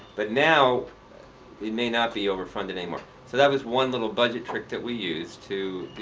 but now it may not be over-funded anymore. so that was one little budget trick that we used to,